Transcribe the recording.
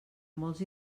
molts